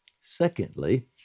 Secondly